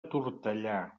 tortellà